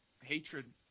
hatred